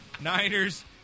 Niners